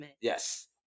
Yes